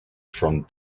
from